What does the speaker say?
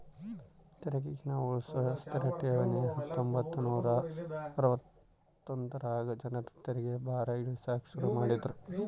ತೆರಿಗೇನ ಉಳ್ಸೋ ಸ್ಥಿತ ಠೇವಣಿ ಹತ್ತೊಂಬತ್ ನೂರಾ ಅರವತ್ತೊಂದರಾಗ ಜನರ ತೆರಿಗೆ ಭಾರ ಇಳಿಸಾಕ ಶುರು ಮಾಡಿದ್ರು